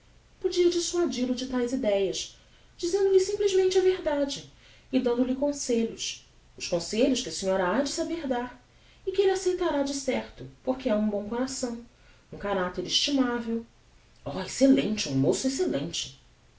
podia dissuadi-lo de taes ideias dizendo-lhe simplesmente a verdade e dando-lhe conselhos os conselhos que a senhora hade saber dar e que elle aceitará de certo porque é um bom coração um caracter estimavel oh excellente um moço excellente